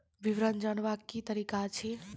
विवरण जानवाक की तरीका अछि?